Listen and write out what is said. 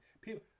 people